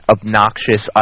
Obnoxious